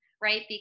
right